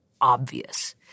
obvious